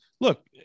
look